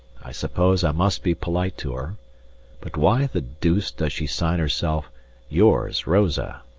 i suppose i must be polite to her but why the deuce does she sign herself yours, rosa?